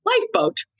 lifeboat